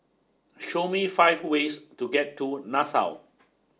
show me five ways to get to Nassau